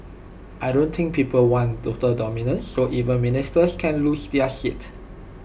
I don't think people want total dominance so even ministers can lose their seats